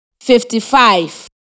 fifty-five